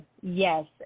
Yes